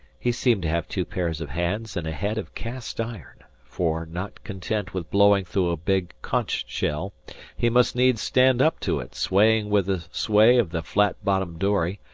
he seemed to have two pairs of hands and a head of cast-iron, for, not content with blowing through a big conch-shell, he must needs stand up to it, swaying with the sway of the flat-bottomed dory,